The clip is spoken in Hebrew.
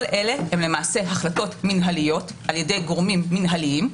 כל אלה הם למעשה החלטות מינהליות על ידי גורמים מינהליים,